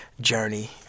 journey